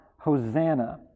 Hosanna